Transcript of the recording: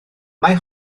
mae